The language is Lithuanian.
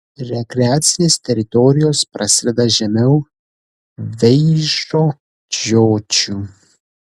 rekreacinės teritorijos prasideda žemiau veižo žiočių